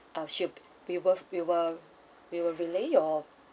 uh she we will we will we will relay your